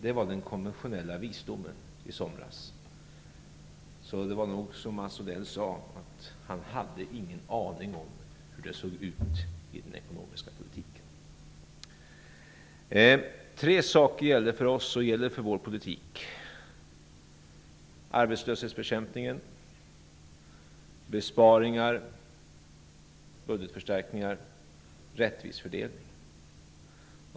Det var den konventionella visdomen i somras. Det var nog så som Odell sade - han hade ingen aning om hur det såg ut i den ekonomiska utvecklingen. Tre saker gäller för oss och vår politik: arbetslöshetsbekämpningen, besparingar och budgetförstärkningar samt en rättvis fördelning.